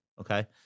Okay